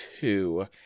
two